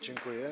Dziękuję.